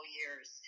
years